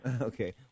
Okay